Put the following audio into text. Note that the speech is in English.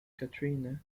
katrina